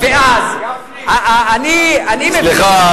אני מבין,